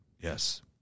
Yes